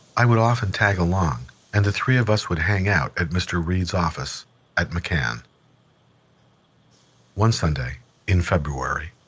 i would often tag along and the three of us would hang out at mr. reid's office at mccann one sunday in february,